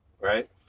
Right